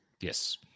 Yes